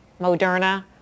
Moderna